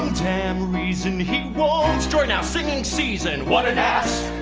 damn reason he won't join our singing season! what an ass!